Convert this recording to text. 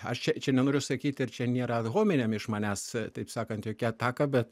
aš čia čia nenoriu sakyti ir čia nėra ad hominem iš manęs taip sakant jokia ataka bet